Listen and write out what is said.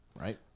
Right